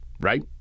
right